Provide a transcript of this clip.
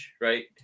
right